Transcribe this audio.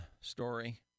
story